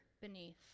beneath